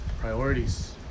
priorities